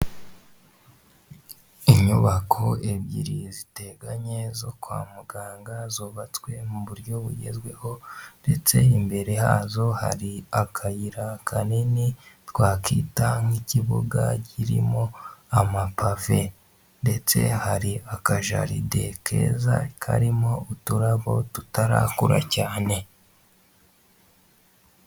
Inyubako ebyiri ziteganye zo kwa muganga, zubatswe mu buryo bugezweho ndetse imbere hazo hari akayira kanini twakita nk'ikibuga kirimo amapave; ndetse hari akajaride keza karimo uturabo tutarakura cyane.